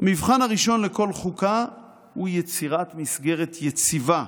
--- המבחן הראשון לכל חוקה הוא יצירת מסגרת יציבה,